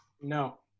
No